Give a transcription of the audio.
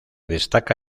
destaca